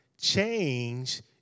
change